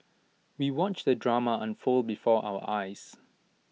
we watched the drama unfold before our eyes